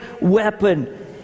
weapon